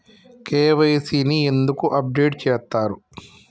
KYC ని ఎందుకు update చేత్తరు?